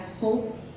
hope